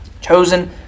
Chosen